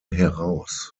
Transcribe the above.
heraus